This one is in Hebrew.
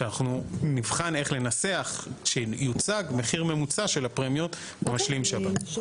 שאנחנו נבחן איך לנסח שיוצג מחיר ממוצע של הפרמיות במשלים שב"ן.